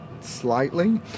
slightly